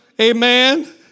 Amen